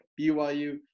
BYU